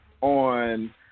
on